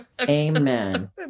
amen